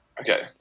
Okay